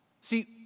See